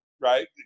right